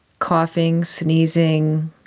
coughing, sneezing,